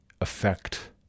affect